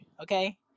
okay